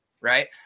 right